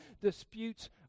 Disputes